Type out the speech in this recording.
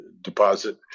deposit